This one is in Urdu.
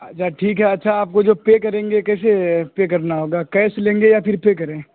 اچھا ٹھیک ہے اچھا آپ کو جو پے کریں گے کیسے پے کرنا ہوگا کیش لیں گے یا پھر پے کریں